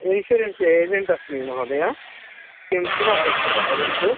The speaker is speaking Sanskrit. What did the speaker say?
इन्शुरेन्स् एजेण्ट् अस्मि महोदय किं किमपेक्षितं वदन्तु